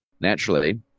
naturally